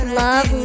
love